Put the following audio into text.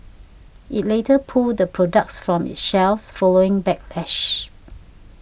it later pulled the products from its shelves following backlash